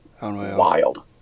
wild